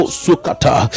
sukata